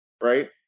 right